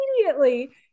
immediately